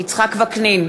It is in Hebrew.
יצחק וקנין,